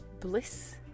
bliss